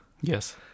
Yes